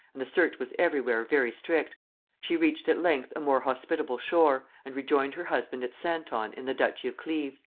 the search was every where very strict she reached at length a more hospitable shore, and rejoined her husband at santon in the duchy of cleves.